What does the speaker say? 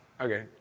okay